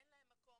אין להם מקום.